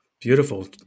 Beautiful